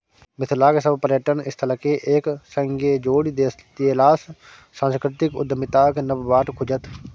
मिथिलाक सभ पर्यटन स्थलकेँ एक संगे जोड़ि देलासँ सांस्कृतिक उद्यमिताक नब बाट खुजत